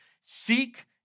seek